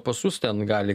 pasus ten gali